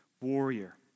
warrior